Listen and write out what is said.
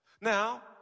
Now